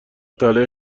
طلای